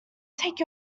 take